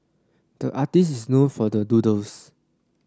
the artist is known for the doodles